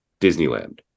disneyland